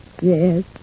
Yes